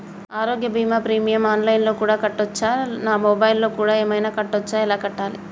ఆరోగ్య బీమా premium online లో కూడా కట్టచ్చా? నా మొబైల్లో కూడా ఏమైనా కట్టొచ్చా? ఎలా కట్టాలి?